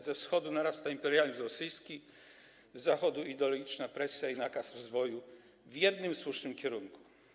Ze Wschodu narasta imperializm rosyjski, z Zachodu - ideologiczna presja i nakaz rozwoju w jednym, słusznym kierunku.